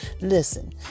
Listen